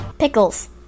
Pickles